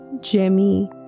Jimmy